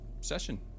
session